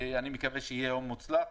אני מקווה שיהיה יום מוצלח.